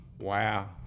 Wow